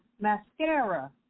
mascara